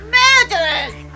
murderers